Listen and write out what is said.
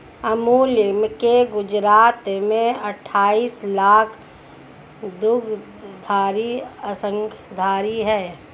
अमूल के गुजरात में अठाईस लाख दुग्धधारी अंशधारी है